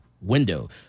window